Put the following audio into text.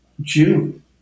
June